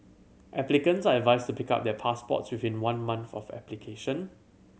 applicants are advised to pick up their passports within one month of application